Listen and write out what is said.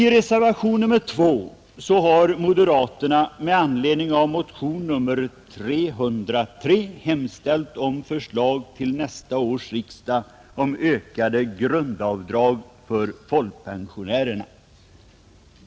I reservationen 2 har moderaterna med anledning av motionen 303 hemställt om förslag till nästa års riksdag om ökade grundavdrag för folkpensionärerna.